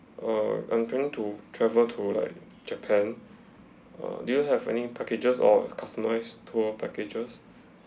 uh I need your help err so err I planning to travel to like japan err do you have any packages or customised tour packages